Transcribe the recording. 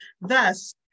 Thus